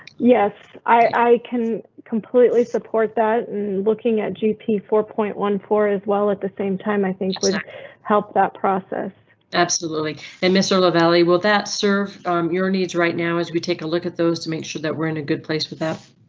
yes, i i can completely support that, and looking at gp four point one four as well at the same time i think would but help that process absolutely and mr lavalley will that serve your needs right now as we take a look at those to make sure that we're in a good place with that?